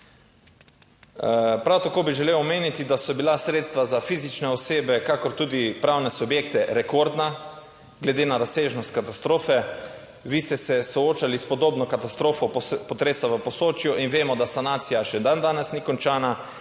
Prav tako bi želel omeniti, da so bila sredstva za fizične osebe kakor tudi pravne subjekte rekordna, glede na razsežnost katastrofe. Vi ste se soočali s podobno katastrofo potresa v Posočju in vemo, da sanacija še dandanes ni končana